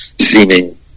seeming